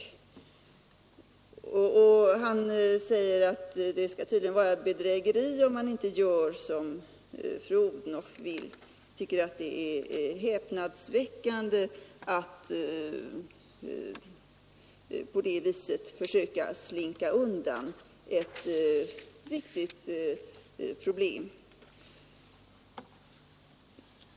Han säger att det tydligen skall vara bedrägeri, om man inte gör som fru Odhnoff vill. Jag tycker att det är betänkligt att på det viset försöka slinka undan ett viktigt problem.